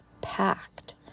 packed